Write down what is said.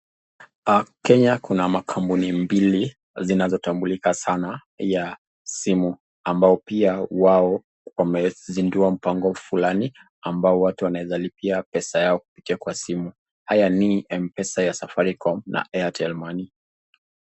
Kenya kuna makampuni mbili zinazotambulika sanaa ya simu ambao pia na wao wamezindua mpango fulami ambao watu wanaeza lipia pesa yao kupitia kwa simu. Haya ni Mpesa ya safaricom na airtel money